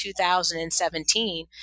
2017